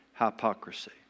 hypocrisy